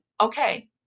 okay